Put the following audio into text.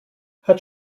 hat